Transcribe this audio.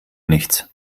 nichts